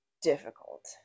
difficult